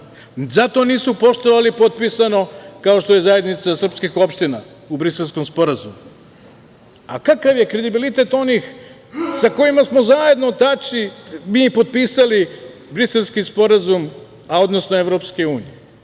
zato nisu poštovali potpisano, kao što je zajednica srpskih opština u Briselskom sporazumu. Kakav je kredibilitet onih sa kojima smo zajedno Tači i mi potpisali Briselski sporazum, odnosno Evropske unije?